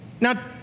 Now